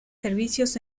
servicios